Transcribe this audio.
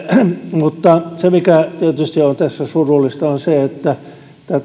mutta se mikä tietysti on tässä surullista on se että